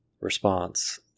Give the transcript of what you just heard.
response